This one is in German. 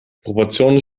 proportionen